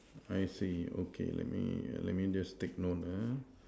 I see okay let me let me just take note ah